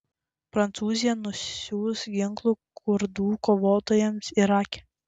prancūzija nusiųs ginklų kurdų kovotojams irake